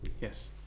Yes